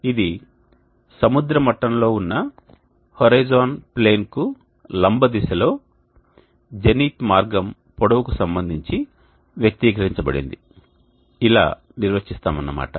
కాబట్టి ఇది సముద్ర మట్టంలో ఉన్న హోరిజోన్ ప్లేన్కు లంబదిశలో జెనిత్ మార్గం పొడవుకు సంబంధించి వ్యక్తీకరించబడింది ఇలా నిర్వచిస్తామన్నమాట